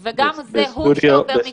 בנוסף, זה הוא שעובר מקבוצה לקבוצה.